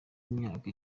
myaka